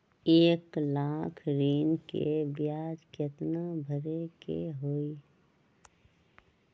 एक लाख ऋन के ब्याज केतना भरे के होई?